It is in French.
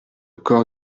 corps